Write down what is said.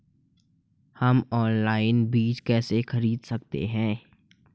हम ऑनलाइन बीज कैसे खरीद सकते हैं?